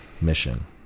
mission